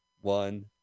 one